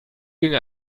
ginge